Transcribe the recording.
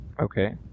Okay